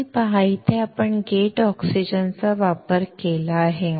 तुम्ही पहा इथे आपण थेट ऑक्सिजनचा वापर केला आहे